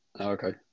okay